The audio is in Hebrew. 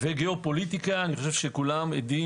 גיאו פוליטיקה אני חושב שכולם עדים